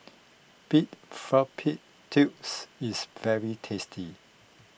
Pig Fallopian Tubes is very tasty